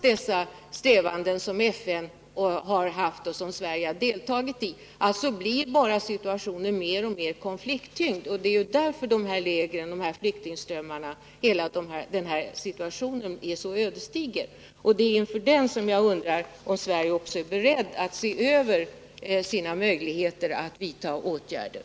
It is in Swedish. Dessa strävanden från FN, som även Sverige har deltagit i, har inte alls lyckats. Situationen blir bara mer och mer konflikttyngd. Det är därför som denna situation, med flyktingströmmarna och flyktinglägren, är så ödesdiger. Det är inför denna som jag undrar om Sverige också är berett att se över sina möjligheter att vidta åtgärder.